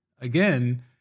Again